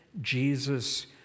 Jesus